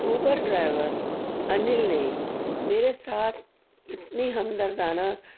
Uber driver Anil نے میرے ساتھ اتنی ہمدردانہ